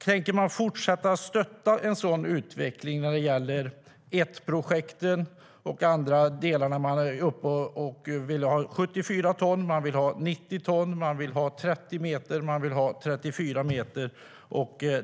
Tänker man fortsätta att stötta en sådan utveckling när det gäller ETT-projekten och andra delar där man vill ha 74 ton, 90 ton, 30 meter och 34 meter?